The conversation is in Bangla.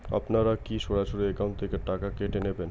আপনারা কী সরাসরি একাউন্ট থেকে টাকা কেটে নেবেন?